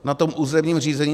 Na tom územním řízení?